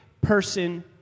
person